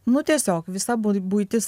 nu tiesiog visa buitis